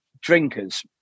drinkers